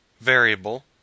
variable